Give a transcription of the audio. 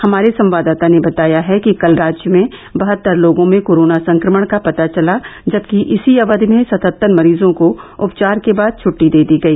हमारे संवाददाता ने बताया है कि कल राज्य में बहत्तर लोगों में कोरोना संक्रमण का पता चला जबकि इसी अवधि में सतहत्तर मरीजों को उपचार के बाद छट्टी दे दी गई